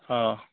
অঁ